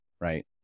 Right